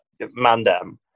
mandem